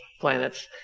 planets